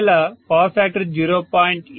ఒకవేళ power factor 0